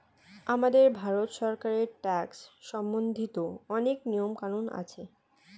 আমাদের ভারত সরকারের ট্যাক্স সম্বন্ধিত অনেক নিয়ম কানুন আছে